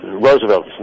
Roosevelt